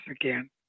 again